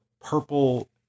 purple